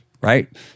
right